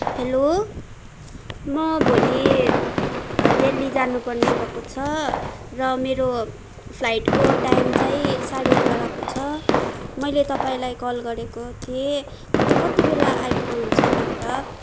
hello म भोलि दिल्ली जानुपर्ने भएको छ र मेरो फ्लाइटको टाइम चाहिँ साँढे एघारको छ मैले तपाईँलाई कल गरेको थिएँ तपाईँ कतिबेला आइपुग्नुहुन्छ भनेर